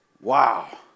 Wow